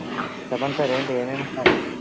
చెప్పండి సార్ ఏంటి ఎం ఇమ్మంటారు